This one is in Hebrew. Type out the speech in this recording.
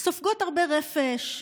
סופגות הרבה רפש.